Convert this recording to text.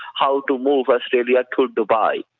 how to move australia to dubai.